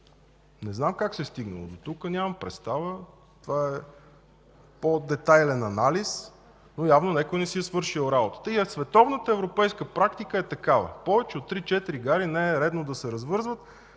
Не знам как се е стигнало до тук, нямам представа, това е по-детайлен анализ, но явно някой не си е свършил работата. Световната европейска практика е такава – повече от три-четири гари не е редно да се развързват,